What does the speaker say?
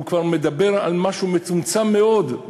הוא כבר מדבר על משהו מצומצם מאוד,